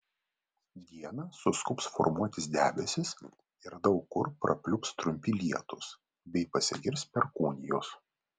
dieną suskubs formuotis debesys ir daug kur prapliups trumpi lietūs bei pasigirs perkūnijos